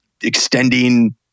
extending